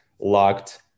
locked